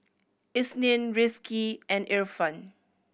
Isnin Rizqi and Irfan